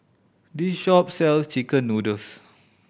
this shop sells chicken noodles